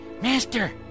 Master